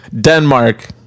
denmark